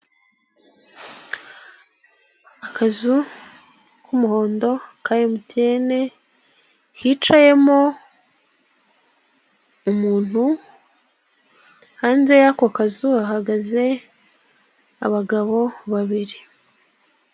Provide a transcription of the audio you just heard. Akazu k'umuhondo ka MTN hicayemo umuntu, hanze y'ako kazu hahagaze abagabo babiri.